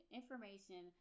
information